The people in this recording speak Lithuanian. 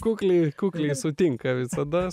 kukliai kukliai sutinka visada